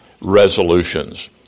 Resolutions